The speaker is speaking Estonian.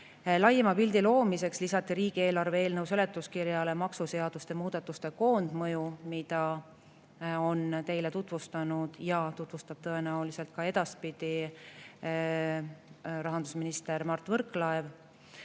Laiema pildi loomiseks lisati riigieelarve eelnõu seletuskirjale maksuseaduste muudatuste koondmõju [hinnang], mida on teile tutvustanud ja tutvustab tõenäoliselt ka edaspidi rahandusminister Mart Võrklaev.